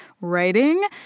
writing